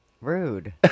Rude